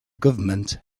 government